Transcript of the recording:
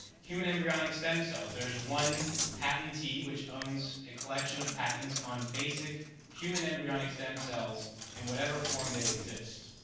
human embryonic stem cells, there is one patentee which owns a collection of patents on basic human embryonic stem cells in whatever form they exist.